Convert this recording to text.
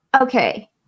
Okay